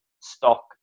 stock